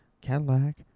Cadillac